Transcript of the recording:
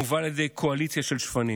המובל על ידי קואליציה של שפנים.